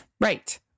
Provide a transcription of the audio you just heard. right